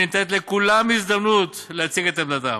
וניתנת לכולם הזדמנות להציג את עמדתם.